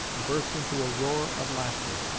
and burst into a roar of laughter.